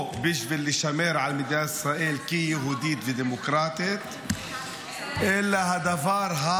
לשמור על מדינת ישראל יהודית ודמוקרטית -- אלא להשמיד.